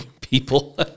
people